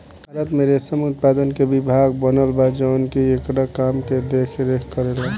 भारत में रेशम उत्पादन के विभाग बनल बा जवन की एकरा काम के देख रेख करेला